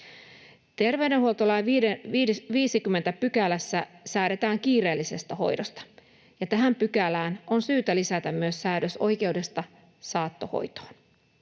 Terveydenhuoltolain 50 §:ssä säädetään kiireellisestä hoidosta, ja tähän pykälään on syytä lisätä myös säädös oikeudesta saattohoitoon.